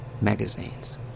magazines